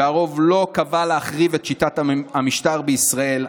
והרוב לא קבע להחריב את שיטת המשטר בישראל.